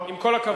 עם כל הכבוד,